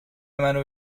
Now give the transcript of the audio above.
منو